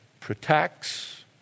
protects